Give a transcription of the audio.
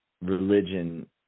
religion